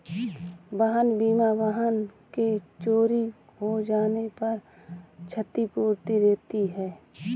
वाहन बीमा वाहन के चोरी हो जाने पर क्षतिपूर्ति देती है